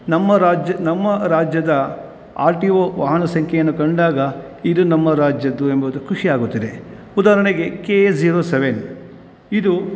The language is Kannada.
ನಮ್ಮ ರಾಜ್ಯ ನಮ್ಮ ರಾಜ್ಯದ ಆರ್ ಟಿ ಓ ವಾಹನ ಸಂಖ್ಯೆಯನ್ನು ಕಂಡಾಗ ಇದು ನಮ್ಮ ರಾಜ್ಯದ್ದು ಎಂಬುದು ಖುಷಿಯಾಗುತ್ತದೆ ಉದಾಹರಣೆಗೆ ಕೆ ಎ ಝೀರೋ ಸೆವೆನ್ ಇದು